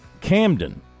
Camden